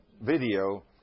video